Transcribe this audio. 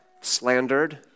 slandered